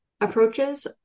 approaches